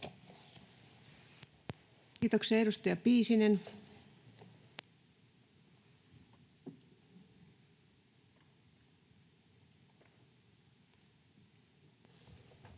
Kiitoksia. — Edustaja Piisinen. Arvoisa